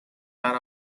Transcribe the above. not